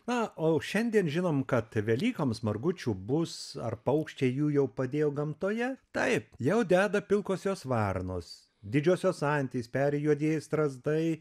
na o jau šiandien žinom kad velykoms margučių bus ar paukščiai jų jau padėjo gamtoje taip jau deda pilkosios varnos didžiosios antys peri juodieji strazdai